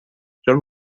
john